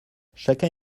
chacun